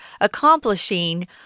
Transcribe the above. accomplishing